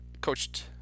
coached